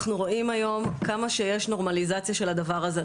אנחנו רואים היום כמה נורמליזציה יש לדבר הזה.